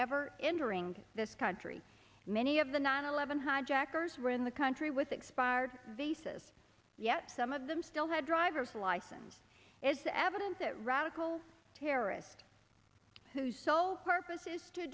ever entering this country many of the nine eleven hijackers were in the country with expired visas yet some of them still had driver's license is the evidence that radical terrorists whose sole purpose is to